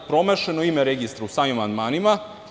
Promašeno je ime registra u samim amandmanima.